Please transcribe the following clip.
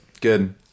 Good